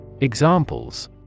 Examples